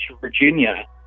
Virginia